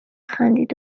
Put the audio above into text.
خندید